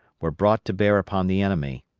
were brought to bear upon the enemy.